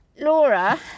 Laura